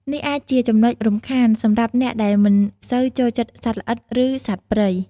នេះអាចជាចំណុចរំខានសម្រាប់អ្នកដែលមិនសូវចូលចិត្តសត្វល្អិត ឬសត្វព្រៃ។